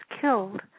killed